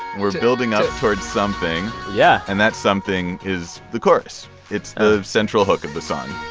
we're building up towards something yeah and that something is the chorus. it's the central hook of the song